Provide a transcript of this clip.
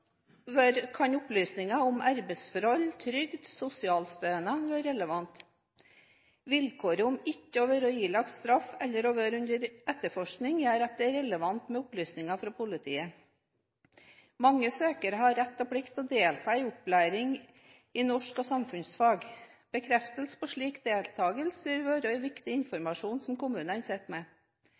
relevant. Vilkåret om ikke å være ilagt straff eller være under etterforskning gjør at det er relevant med opplysninger fra politiet. Mange søkere har rett og plikt til å delta i opplæring i norsk og samfunnsfag. Bekreftelse på slik deltakelse vil være viktig informasjon som kommunene sitter med.